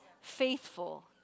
faithful